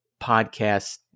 podcast